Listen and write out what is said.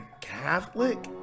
Catholic